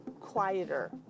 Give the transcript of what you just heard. quieter